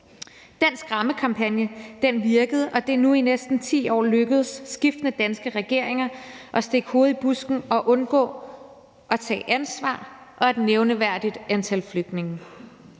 Den skræmmekampagne virkede, og det er nu i næsten 10 år lykkedes skiftende danske regeringer at stikke hovedet i busken og undgå at tage ansvar og et nævneværdigt antal flygtninge.